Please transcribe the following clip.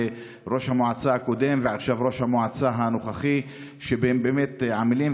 ראש המועצה הקודם ויושב-ראש המועצה הנוכחי באמת עמלים,